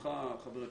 ברשותך, חבר הכנסת,